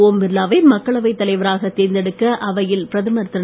ஓம் பிர்லாவை மக்களவைத் தலைவராக தேர்ந்தெடுக்க அவையில் பிரதமர் திரு